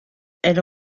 elle